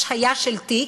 השהיה של תיק,